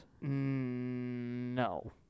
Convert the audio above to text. No